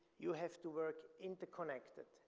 you have to work interconnected.